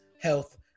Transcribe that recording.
health